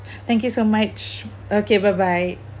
thank you so much okay bye bye